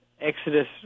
Exodus